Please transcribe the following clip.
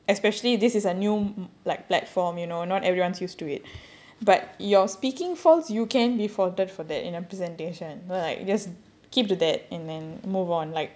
especially this is a new like platform you know not everyone's used to it but your speaking faults you can be faulted for that in a presentation like just keep to that and then move on like